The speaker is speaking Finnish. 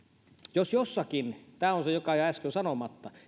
jos jossakin tämä on se joka jäi äsken sanomatta